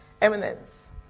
eminence